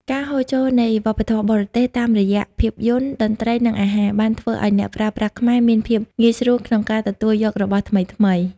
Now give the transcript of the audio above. ការហូរចូលនៃវប្បធម៌បរទេសតាមរយៈភាពយន្ត តន្ត្រី និងអាហារ បានធ្វើឱ្យអ្នកប្រើប្រាស់ខ្មែរមានភាពងាយស្រួលក្នុងការទទួលយករបស់ថ្មីៗ។